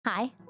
Hi